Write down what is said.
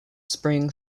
spring